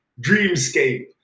Dreamscape